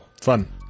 fun